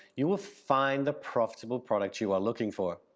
you will find the profitable products you are looking for.